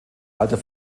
alter